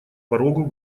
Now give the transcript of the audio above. порогу